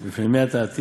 ולאן אתה הולך,